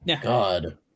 God